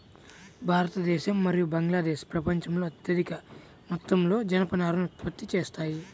భారతదేశం మరియు బంగ్లాదేశ్ ప్రపంచంలో అత్యధిక మొత్తంలో జనపనారను ఉత్పత్తి చేస్తాయి